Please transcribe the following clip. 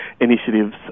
initiatives